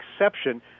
exception